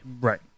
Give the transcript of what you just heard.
Right